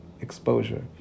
exposure